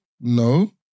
No